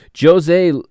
Jose